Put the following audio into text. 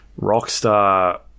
Rockstar